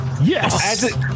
Yes